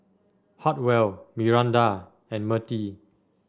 Hartwell Miranda and Mertie